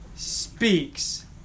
speaks